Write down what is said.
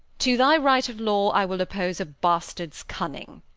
to thy right of law i will oppose a bastard's cunning.